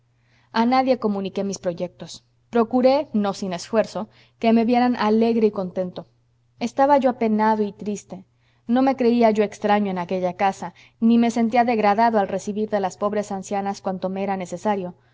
a nadie comuniqué mis proyectos procuré no sin esfuerzo que me vieran alegre y contento estaba yo apenado y triste no me creía yo extraño en aquella casa ni me sentía degradado al recibir de las pobres ancianas cuanto me era necesario